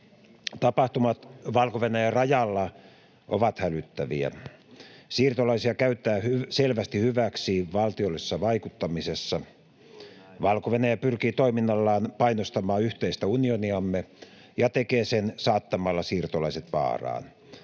Tapahtumat Valko-Venäjän rajalla ovat hälyttäviä. Siirtolaisia käytetään selvästi hyväksi valtiollisessa vaikuttamisessa. Valko-Venäjä pyrkii toiminnallaan painostamaan yhteistä unioniamme ja tekee sen saattamalla siirtolaiset vaaraan.